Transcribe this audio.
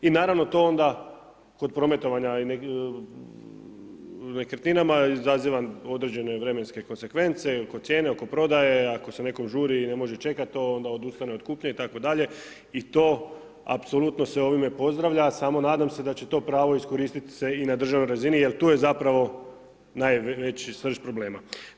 I naravno to onda kod prometovanja nekretninama izaziva određene vremenske konsekvence i oko cijene, oko prodaje, ako se nekom žuri i ne može čekat to, onda odustane od kupnje itd. i to apsolutno se ovime pozdravlja, samo nadam se da će to pravo iskoristit se i na državnoj razini jer tu je zapravo najveći srž problema.